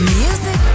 music